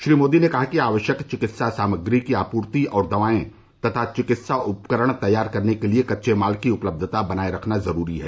श्री मोदी ने कहा कि आवश्यक चिकित्सा सामग्री की आपूर्ति और दवाएं तथा चिकित्सा उपकरण तैयार करने के लिये कच्चे माल की उपलब्धता बनाये रखना जरूरी है